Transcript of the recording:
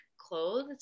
clothes